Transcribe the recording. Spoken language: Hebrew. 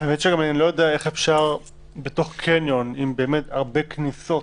אני לא יודע איך אפשר בתוך קניון עם הרבה כניסות.